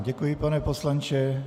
Děkuji vám, pane poslanče.